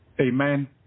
amen